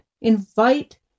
invite